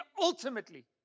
ultimately